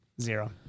Zero